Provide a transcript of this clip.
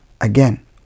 Again